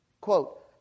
quote